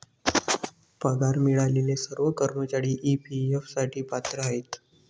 पगार मिळालेले सर्व कर्मचारी ई.पी.एफ साठी पात्र आहेत